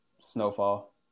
Snowfall